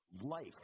life